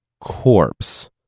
Corpse